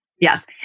Yes